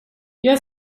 jag